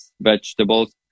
vegetables